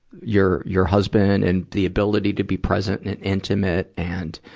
your, your husband and the ability to be present and intimate and,